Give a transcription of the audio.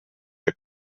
der